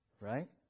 Right